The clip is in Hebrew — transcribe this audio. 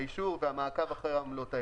האישור והמעקב אחרי העמלות האלו.